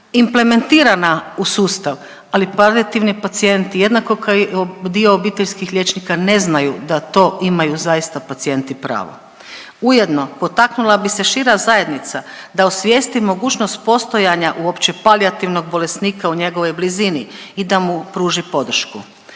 implementirana u sustav, ali palijativni pacijenti, jednako kao i dio obiteljskih liječnika ne znaju da to imaju zaista pacijenti pravo. Ujedno potaknula bi se šira zajednica da osvijesti mogućnost postojanja uopće palijativnog bolesnika u njegovoj blizini i da mu pruži podršku.